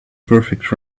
perfect